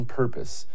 purpose